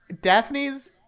Daphne's –